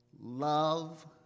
love